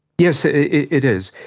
yes, ah it it is.